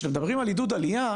כשאתם מדברים על עידוד עלייה,